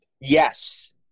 Yes